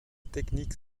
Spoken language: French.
technique